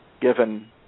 given